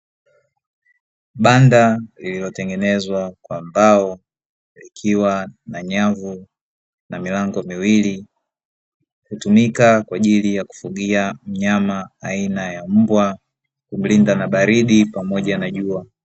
Banda lililo tengenezwa kwa mbao likiwa na nyavu na milango miwili hutumika kwa kufugia mnyama aina ya mbwa kumlinda na baridi pamoja na jua.